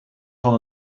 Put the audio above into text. van